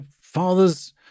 fathers